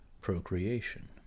procreation